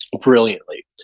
Brilliantly